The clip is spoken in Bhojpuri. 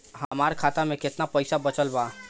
हमरा खाता मे केतना पईसा बचल बा?